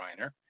Reiner